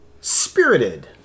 Spirited